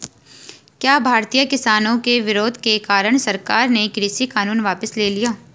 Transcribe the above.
क्या भारतीय किसानों के विरोध के कारण सरकार ने कृषि कानून वापस ले लिया?